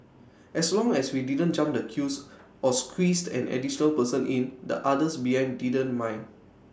as long as we didn't jump the queues or squeezed an additional person in the others behind didn't mind